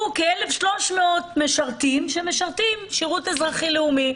כ-1,300 משרתים שמשרתים שירות אזרחי לאומי,